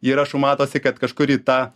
įrašų matosi kad kažkur į tą